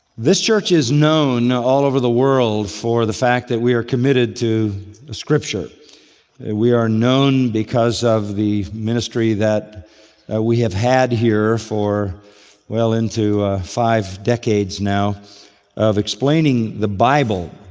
this church is known all over the world for the fact that we are committed to scripture, that we are known because of the ministry that we have had here for well into five decades now of explaining the bible.